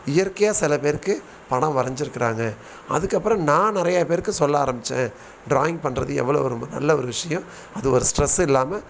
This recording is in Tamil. இயற்கையாக சில பேருக்கு படம் வரைஞ்சிருக்குறாங்க அதுக்கப்புறம் நான் நிறைய பேருக்கு சொல்ல ஆரமித்தேன் ட்ராயிங் பண்ணுறது எவ்வளோ ஒரு நல்ல ஒரு விஷயம் அது ஒரு ஸ்ட்ரெஸ் இல்லாமல்